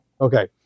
Okay